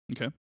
okay